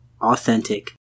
authentic